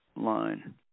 line